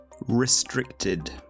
Restricted